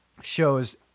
shows